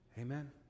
Amen